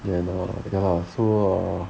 then err ya lah so err